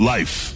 Life